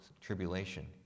tribulation